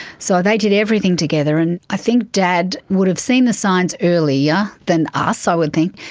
so they did everything together. and i think dad would have seen the signs earlier than us i would think,